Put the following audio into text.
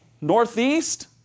northeast